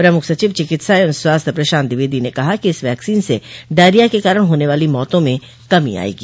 प्रमुख सचिव चिकित्सा एवं स्वास्थ्य प्रशांत द्विवेदी ने कहा कि इस वैक्सीन से डायरिया के कारण होने वाली मौतों में कमी आयेगी